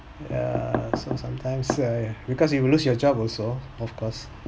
yeah so sometimes err because you will lose your job also of course